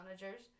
managers